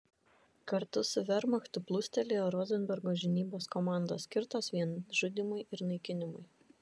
kartu su vermachtu plūstelėjo rozenbergo žinybos komandos skirtos vien žudymui ir naikinimui